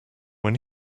when